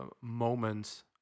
moment